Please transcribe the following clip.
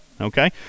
Okay